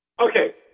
Okay